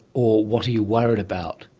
or what are you worried about?